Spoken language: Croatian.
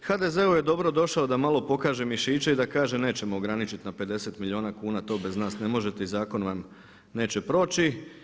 HDZ-u je dobrodošao da malo pokaže mišiće i da kaže nećemo ograničiti na 50 milijuna kuna, to bez nas ne možete i zakon vam neće proći.